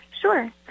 Sure